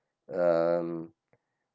um